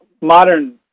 modern